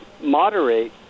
moderate